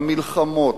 המלחמות,